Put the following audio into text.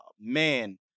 Man